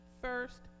first